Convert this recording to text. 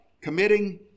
committing